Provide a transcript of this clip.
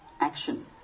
action